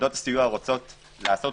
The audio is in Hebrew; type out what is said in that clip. שיחידות הסיוע רוצות לעשות